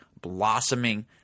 blossoming